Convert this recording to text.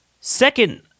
Second